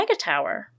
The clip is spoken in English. Megatower